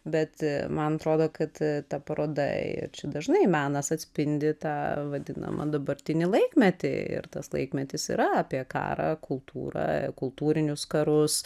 bet man atrodo kad ta paroda ir čia dažnai menas atspindi tą vadinamą dabartinį laikmetį ir tas laikmetis yra apie karą kultūrą kultūrinius karus